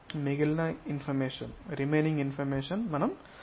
మిగిలిన ఇన్ఫర్మేషన్ మనం side view నుండి పొందుతాము